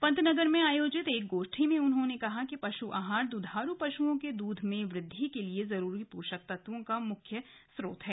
पंतनगर में आयोजित एक गोष्टी में उन्होंने कहा कि पश् आहार द्धारू पशुओं के दूध में वृद्धि के लिए जरूरी पोषक तत्वों का मुख्य स्रोत्र है